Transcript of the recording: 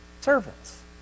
Servants